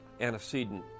antecedent